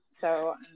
so-